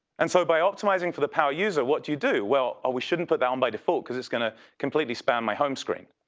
and so by optimizing for the power user, what you do? well, ah we shouldn't put down by default because it's going to completely expand my whole screen.